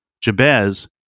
Jabez